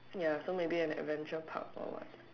ya so maybe an adventure park or what